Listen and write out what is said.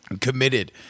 committed